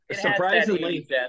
surprisingly